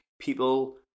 people